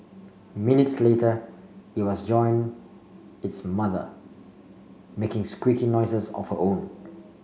minutes later it was joined its mother making squeaky noises of her own